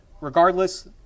Regardless